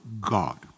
God